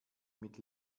mit